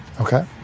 Okay